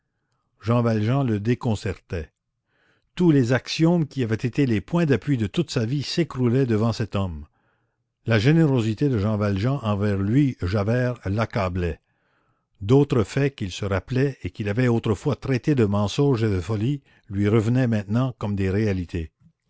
jean valjean le déconcertait tous les axiomes qui avaient été les points d'appui de toute sa vie s'écroulaient devant cet homme la générosité de jean valjean envers lui javert l'accablait d'autres faits qu'il se rappelait et qu'il avait autrefois traités de mensonges et de folies lui revenaient maintenant comme des réalités